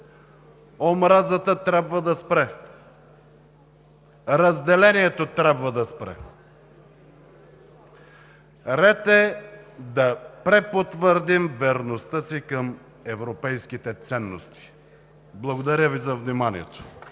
Омразата трябва да спре! Разделението трябва да спре! Ред е да препотвърдим верността си към европейските ценности. Благодаря Ви за вниманието.